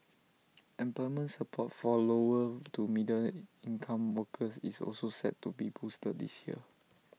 employment support for lower to middle income workers is also set to be boosted this year